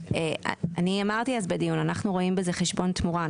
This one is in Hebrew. אמרתי אז בדיון אנחנו רואים בזה חשבון תמורה.